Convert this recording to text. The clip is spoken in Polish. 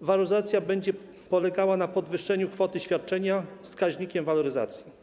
waloryzacja będzie polegała na podwyższeniu kwoty świadczenia wskaźnikiem waloryzacji.